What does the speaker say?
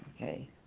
Okay